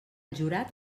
jurat